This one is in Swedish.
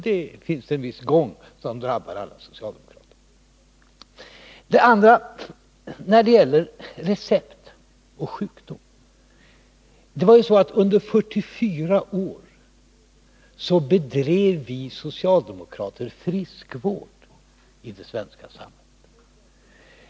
Det finns en viss gång som drabbar alla socialdemokra Jag återkommer till det här med recept och sjukdom. Under 44 år bedrev vi socialdemokrater friskvård i det svenska samhället.